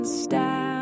stand